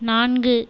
நான்கு